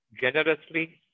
generously